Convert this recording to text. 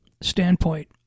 standpoint